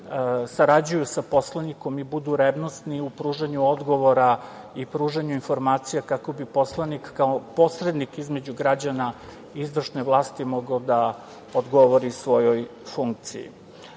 sarađuju sa poslanikom i budu revnosni u pružanju odgovora i pružanju informacija kako bi poslanik kao posrednik između građana izvršne vlasti mogao da odgovori svojoj funkciji. Takođe,